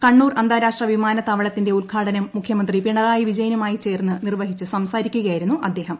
കണ്ണൂർ അന്താരാഷ്ട്ര വിമാനത്തുദ്പള്ളത്തിന്റെ ഉദ്ഘാടനം മുഖ്യമന്ത്രി പിണറായി വിജയനുമാ്യി ചേർന്ന് നിർവ്വഹിച്ച് സംസാരിക്കുകയായിരുന്നു അദ്ദേഹം